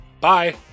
Bye